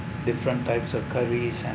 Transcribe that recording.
different types of curries and